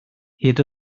hyd